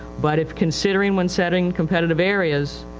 but if considering when setting competitive areas